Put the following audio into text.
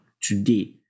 today